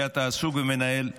שאתה עסוק ומנהל מלחמה,